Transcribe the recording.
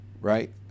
right